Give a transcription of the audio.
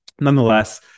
nonetheless